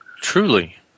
Truly